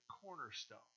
cornerstone